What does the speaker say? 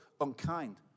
unkind